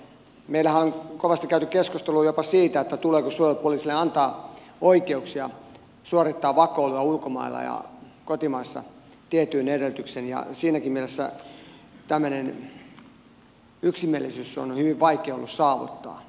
meillähän on kovasti käyty keskustelua jopa siitä tuleeko suojelupoliisille antaa oikeuksia suorittaa vakoilua ulkomailla ja kotimaassa tietyin edellytyksin ja siinäkin mielessä tämmöinen yksimielisyys on ollut hyvin vaikea saavuttaa